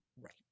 right